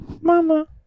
mama